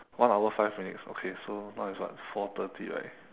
one hour five minutes okay so now is what four thirty right